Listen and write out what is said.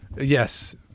Yes